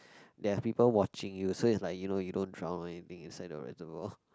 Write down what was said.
they have people watching you so is like you know you don't drown or anything inside the reservoir